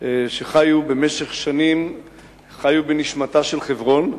שחיו במשך שנים בנשמתה של חברון,